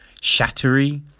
Shattery